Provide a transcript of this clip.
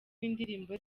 w’indirimbo